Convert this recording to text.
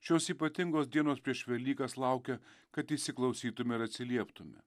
šios ypatingos dienos prieš velykas laukia kad įsiklausytume ir atsilieptume